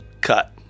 cut